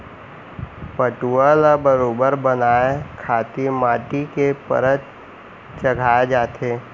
पटउहॉं ल बरोबर बनाए खातिर माटी के परत चघाए जाथे